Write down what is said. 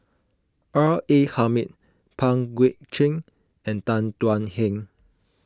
R A Hamid Pang Guek Cheng and Tan Thuan Heng